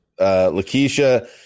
Lakeisha